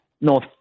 North